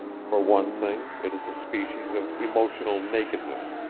for one thing it is a species of emotional nakedness,